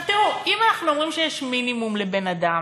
תראו, אם אנחנו אומרים שיש מינימום לבן-אדם